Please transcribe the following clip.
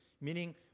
meaning